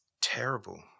terrible